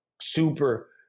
super